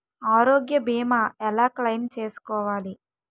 ఆరోగ్య భీమా ఎలా క్లైమ్ చేసుకోవాలి?